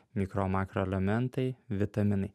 mikro makro elementai vitaminai